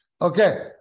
okay